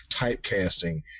typecasting